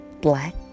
black